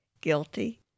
Guilty